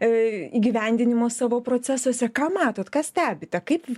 a įgyvendinimo savo procesuose ką matot ką stebite kaip